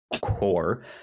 core